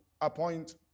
appoint